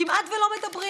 כמעט שלא מדברים.